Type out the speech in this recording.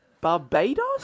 Barbados